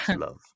Love